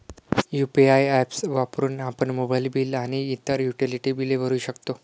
UPI apps वापरून आपण mobile bill आणि इतर युटिलिटी बिले भरू शकतो